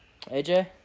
aj